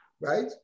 Right